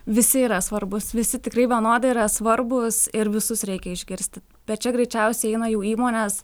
visi yra svarbūs visi tikrai vienodai yra svarbūs ir visus reikia išgirsti bet čia greičiausiai eina jau įmonės